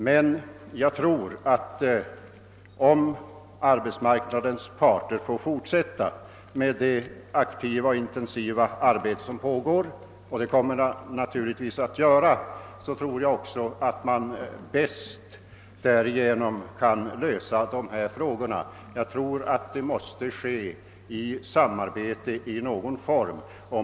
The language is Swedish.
Men om arbetsmarknadens parter får fortsätta med det intensiva arbete som pågår — och det kommer de naturligtvis att göra — kommer arbetsplatsens problem säkerligen att lösas. Det måste emellertid ske genom samarbete i någon form.